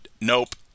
nope